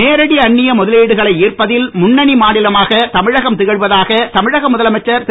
நேரடி அன்னிய முதவீடுகளை ஈர்ப்பதில் முன்னணி மாநிலமாக தமிழகம் திகழ்வதாக தமிழக முதலமைச்சர் திரு